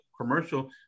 commercial